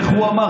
איך הוא אמר?